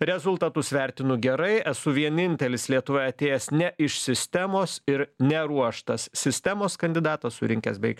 rezultatus vertinu gerai esu vienintelis lietuvoje atėjęs ne iš sistemos ir neruoštas sistemos kandidatas surinkęs beveik